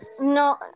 No